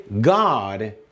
God